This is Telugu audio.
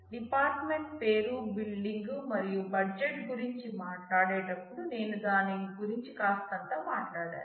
డిపార్ట్ మెంట్ పేరు బిల్డింగ్ మరియు బడ్జెట్ గురించి మాట్లాడేటప్పుడు నేను దాని గురించి కాస్తంత మాట్లాడాను